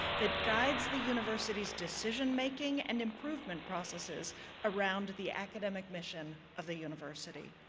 that guides the university's decision-making and improvement processes around the academic mission of the university.